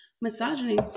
misogyny